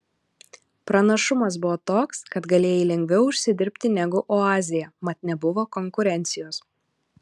pranašumas buvo toks kad galėjai lengviau užsidirbti negu oazėje mat nebuvo konkurencijos